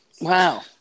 Wow